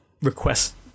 Request